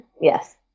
Yes